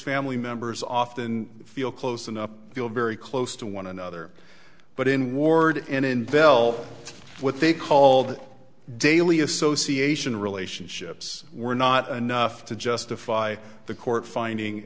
family members often feel close enough feel very close to one another but in ward and in bel what they called daily association relationships were not enough to justify the court finding